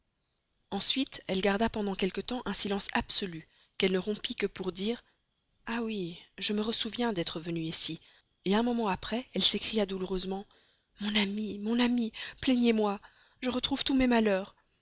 ensuite elle garda pendant quelque temps un silence absolu qu'elle ne rompit que pour dire ah oui je me ressouviens d'être venue ici un moment après elle s'écria douloureusement mon amie mon amie plaignez-moi je retrouve tous mes malheurs